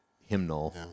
hymnal